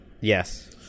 Yes